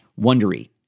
Wondery